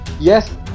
Yes